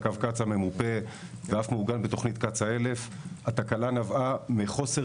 קו קצא"א ממופה ואף מעוגן בתוכנית קצא"א 1000. התקלה נבעה מחוסר